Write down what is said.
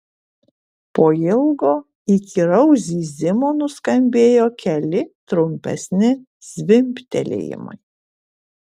po ilgo įkyraus zyzimo nuskambėjo keli trumpesni zvimbtelėjimai